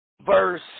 verse